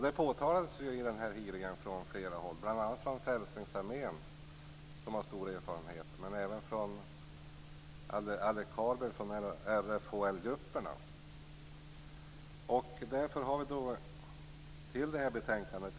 Detta påtalades från flera håll i hearingen, bl.a. från Frälsningsarmén, som har stor erfarenhet, men även av Anders Carlberg, som företräder RFHL grupperna.